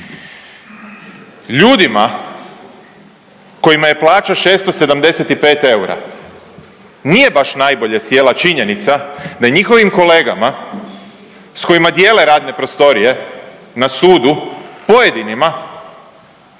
Ljudima kojima je plaća 675 eura nije baš najbolje sjela činjenica da je njihovim kolegama s kojima dijele radne prostorije na sudu, pojedinima,